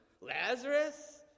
Lazarus